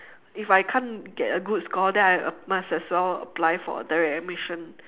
if I can't get a good score then I must as well apply for direct admission